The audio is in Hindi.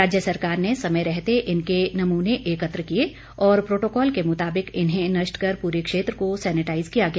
राज्य सरकार ने समय रहते इनके नमूने एकत्र किए और प्रोटोकॉल के मुताबिक इन्हें नष्ट कर पूरे क्षेत्र को सेनेटाईज किया गया